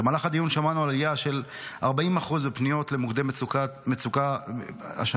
במהלך הדיון שמענו על עלייה של 40% בפניות למוקדי מצוקה השנה,